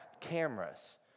cameras